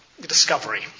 discovery